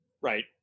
right